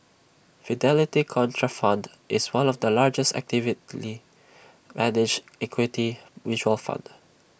Fidelity Contrafund is one of the largest actively managed equity mutual fund